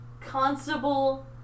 Constable